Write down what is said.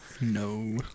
no